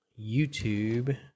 YouTube